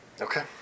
Okay